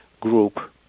group